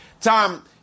Tom